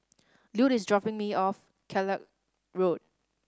Lute is dropping me off Kellock Road